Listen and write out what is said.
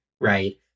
Right